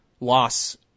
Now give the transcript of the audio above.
loss